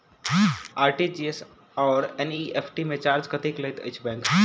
RTGS आओर NEFT मे charge कतेक लैत अछि बैंक?